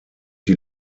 die